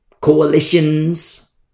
Coalitions